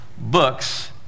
books